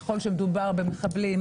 ככל שמדובר במחבלים,